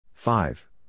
Five